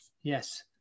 yes